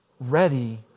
ready